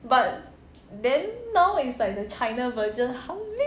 but then now is like the china version 好溜